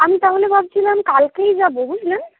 আমি তাহলে ভাবছিলাম কালকেই যাবো বুঝলেন